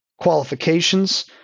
qualifications